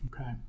Okay